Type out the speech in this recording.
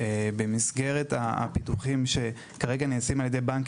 שבמסגרת הפיתוחים שנעשים כרגע על ידי בנק